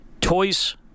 Toys